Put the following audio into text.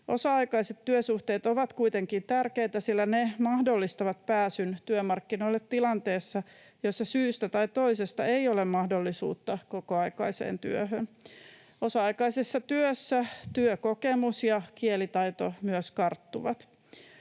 Osa-aikaiset työsuhteet ovat kuitenkin tärkeitä, sillä ne mahdollistavat pääsyn työmarkkinoille tilanteessa, jossa syystä tai toisesta ei ole mahdollisuutta kokoaikaiseen työhön. Osa-aikaisessa työssä työkokemus ja kielitaito myös karttuvat.